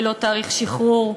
ללא תאריך שחרור,